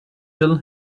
bill